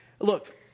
look